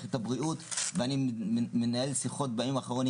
במערכת הבריאות ואני מנהל שיחות בימים האחרונים